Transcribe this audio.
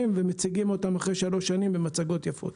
ומציגים אותם אחרי שלוש שנים במצגות יפות.